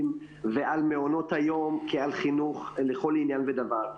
ועל מעונות היום כעל חינוך לכל דבר ועניין.